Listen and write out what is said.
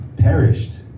perished